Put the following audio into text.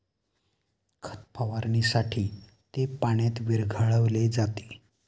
खत फवारणीसाठी ते पाण्यात विरघळविले जाते